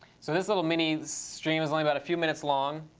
so this little mini stream is only about a few minutes long.